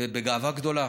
ובגאווה גדולה.